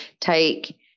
take